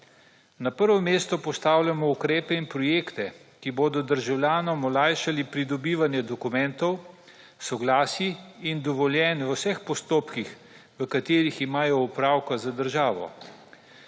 Na prvo mesto postavljamo ukrepe in projekte, ki bodo državljanom olajšali pridobivanje dokumentov, soglasij in dovoljenj v vseh postopkih v katerih imajo opravka z državo.